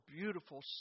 beautiful